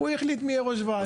החליט מי יהיה ראש הוועד.